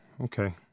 okay